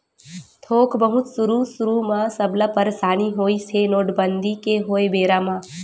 थोक बहुत सुरु सुरु म सबला परसानी होइस हे नोटबंदी के होय बेरा म